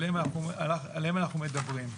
עליהם אנחנו מדברים.